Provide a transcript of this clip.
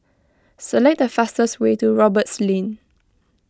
select the fastest way to Roberts Lane